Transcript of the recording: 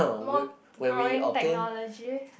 more going technology